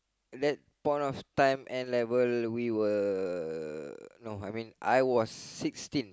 that point of time N-level we were no I mean I was sixteen